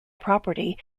property